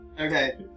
Okay